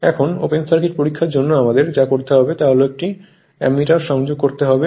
এখন open circuit পরীক্ষার জন্য আমাদের যা করতে হবে তা হল একটি অ্যামমিটার সংযোগ করতে হবে